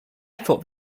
thought